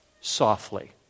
softly